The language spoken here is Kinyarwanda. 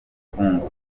ubukungu